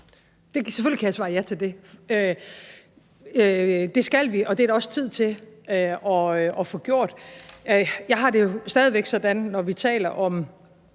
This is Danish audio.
Selvfølgelig kan jeg svare ja til det – det skal vi, og det er der også tid til at få gjort. Jeg har det stadig væk sådan, at vi jo,